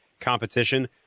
Competition